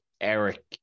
Eric